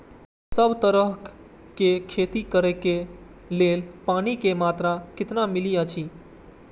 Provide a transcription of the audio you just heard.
सब तरहक के खेती करे के लेल पानी के मात्रा कितना मिली अछि?